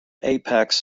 apex